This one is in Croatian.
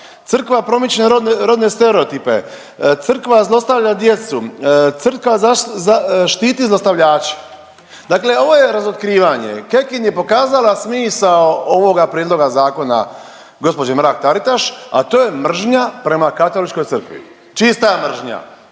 Crkva promiče rodne stereotipe, Crkva zlostavlja djecu, Crkva za, za, štiti zlostavljače. Dakle ovo je razotkrivanje, Kekin je pokazala smisao ovoga Prijedloga zakona gđe Mrak-Taritaš, a to je mržnja prema Katoličkoj Crkvi. Čista mržnja.